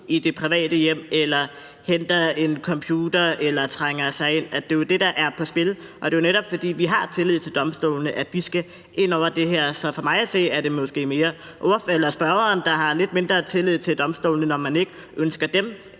i det private hjem eller henter en computer eller trænger ind. Det er det, der er på spil, og det er jo netop, fordi vi har tillid til domstolene, at de skal ind over det her. Så for mig at se er det måske mere spørgeren, der har lidt mindre tillid til domstolene, når man nu ikke ønsker dem